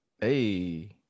Hey